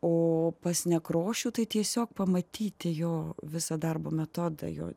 o pas nekrošių tai tiesiog pamatyti jo visą darbo metodą jo